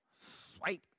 Swipe